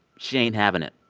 she ain't having it.